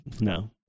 no